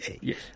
Yes